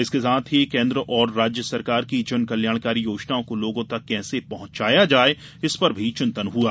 इसके साथ साथ केन्द्र और राज्य सरकार की जन कल्याणकारी योजनाओं को लोगों तक कैसे पहुंचाया जाये इस पर भी चिंतन हुआ